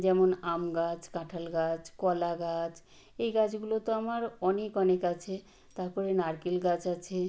যেমন আম গাছ কাঁঠাল গাছ কলা গাছ এই গাছগুলো তো আমার অনেক অনেক আছে তার পরে নারকেল গাছ আছে